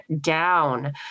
down